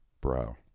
Bro